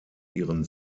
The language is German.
ihren